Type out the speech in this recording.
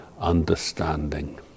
understanding